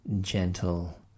gentle